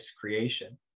creation